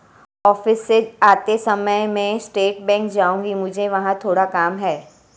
office से आते समय मैं स्टेट बैंक जाऊँगी, मुझे वहाँ थोड़ा काम है